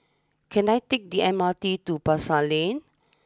can I take the M R T to Pasar Lane